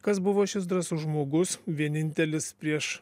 kas buvo šis drąsus žmogus vienintelis prieš